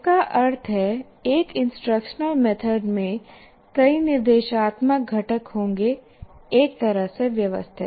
इसका अर्थ है एक इंस्ट्रक्शनल मेथड में कई निर्देशात्मक घटक होंगे एक तरह से व्यवस्थित